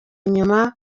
inyuma